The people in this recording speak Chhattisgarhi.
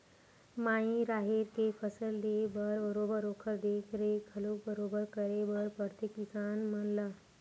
माई राहेर के फसल लेय म बरोबर ओखर देख रेख घलोक बरोबर करे बर परथे किसान मन ला